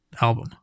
album